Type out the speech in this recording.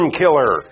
killer